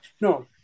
no